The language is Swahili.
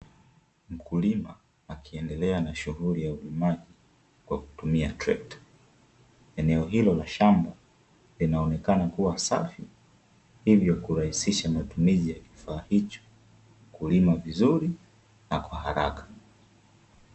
Mkulima akiendelea na shughuli ya ulimaji kwa kutumia trekta. Eneo hilo la shamba linaonekana kuwa safi, hivyo kurahisisha matumizi ya kifaa hicho kulima vizuri na kwa haraka.